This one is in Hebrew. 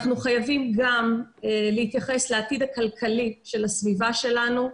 אנחנו חייבים גם להתייחס לעתיד הכלכלי של הסביבה שלנו,